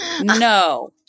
No